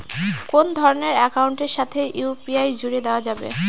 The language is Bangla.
কোন ধরণের অ্যাকাউন্টের সাথে ইউ.পি.আই জুড়ে দেওয়া যাবে?